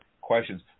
questions